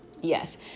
yes